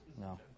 No